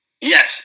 Yes